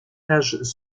étages